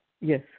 yes